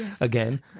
again